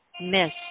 Miss